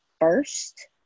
first